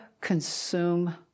consume